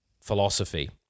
philosophy